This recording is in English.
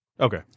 Okay